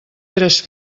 tres